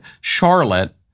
Charlotte